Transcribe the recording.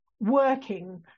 working